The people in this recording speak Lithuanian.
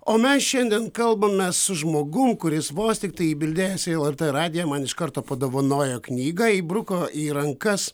o mes šiandien kalbame su žmogum kuris vos tiktai įbildėjęs į lrt radiją man iš karto padovanojo knygą įbruko į rankas